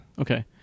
Okay